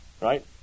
right